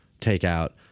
takeout